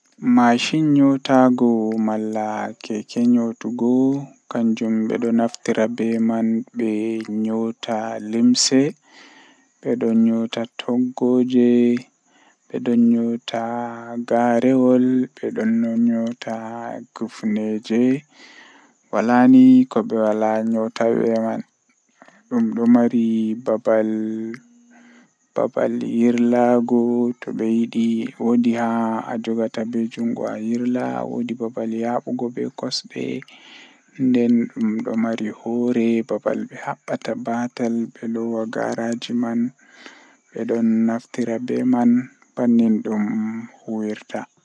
Fajjira tomi fini mi yidi mi nyama bredi be shayi.